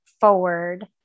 forward